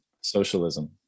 Socialism